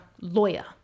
lawyer